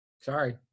Sorry